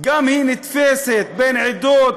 גם היא נתפסת כמלחמה בין עדות,